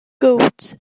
gowt